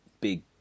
big